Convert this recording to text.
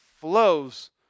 flows